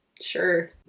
Sure